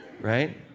right